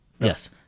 yes